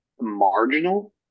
marginal